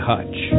Hutch